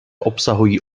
obsahují